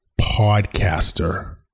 podcaster